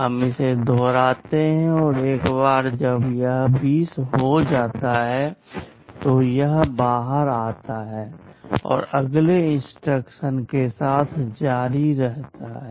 हम इसे दोहराते हैं और एक बार जब यह 20 हो जाता है तो यह बाहर आता है और अगले इंस्ट्रक्शन के साथ जारी रहता है